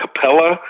Capella